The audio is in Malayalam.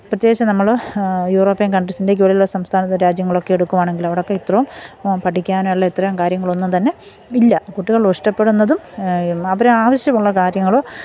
പ്രത്യേകിച്ച് നമ്മൾ യൂറോപ്യൻ കൺട്രീസിൻ്റെ കൂടെയുള്ള സംസ്ഥാനത്ത് രാജ്യങ്ങളൊക്കെ എടുക്കുവാണെങ്കിൽ അവിടെ ഒക്കെ ഇത്രയും പഠിക്കാനുള്ള ഇത്തരം കാര്യങ്ങളൊന്നും തന്നെ ഇല്ല കുട്ടികൾ ഇഷ്ടപ്പെടുന്നതും അവർ ആവശ്യമുള്ള കാര്യങ്ങൾ